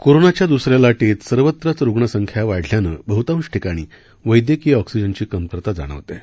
कोरोनाच्या द्दसऱ्या लाटेत सर्वत्रच रुग्णसंख्या वाढल्यानं बह्तांश ठिकाणी वैद्यकीय ऑक्सिजनची कमतरता जाणवतेय